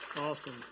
awesome